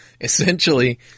essentially